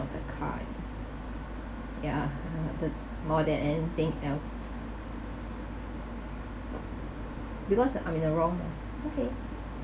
of the car I think yeah more than anything else because I'm in the wrong okay